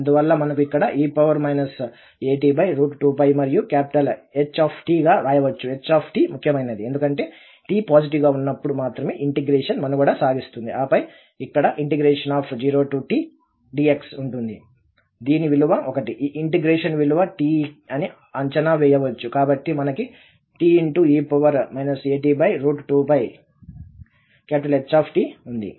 అందువల్ల మనకు ఇక్కడ e at2 మరియు H గా వ్రాయవచ్చు H ముఖ్యమైనది ఎందుకంటే t పాజిటివ్గా ఉన్నప్పుడు మాత్రమే ఈ ఇంటిగ్రేషన్ మనుగడ సాగిస్తుంది ఆపై ఇక్కడ∫0t dx ఉంటుంది దీని విలువ 1 ఈ ఇంటిగ్రేషన్ విలువ t అని అంచనా వేయవచ్చు కాబట్టి మనకి te at2H ఉంది